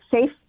safe